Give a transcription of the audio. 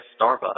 Starbucks